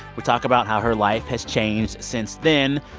we talk about how her life has changed since then.